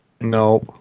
No